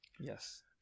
Yes